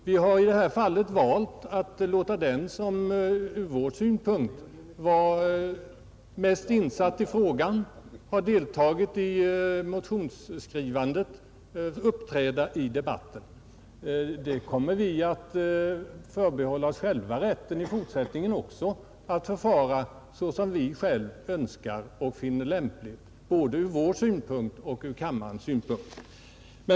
Vi har i detta fall valt att låta den som har varit mest insatt i frågan och deltagit i motionsskrivandet uppträda i debatten, Vi förbehåller oss rätten att även i fortsättningen förfara så som vi själva önskar och finner lämpligt både från vår synpunkt och från kammarens synpunkt.